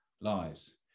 lives